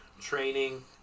training